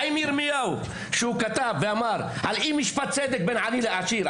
הוא כתב ואמר על אם משפט צדק בין עני ועשיר,